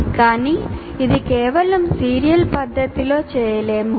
కానీ ఇది కేవలం సీరియల్ పద్ధతిలో చేయలేము